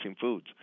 foods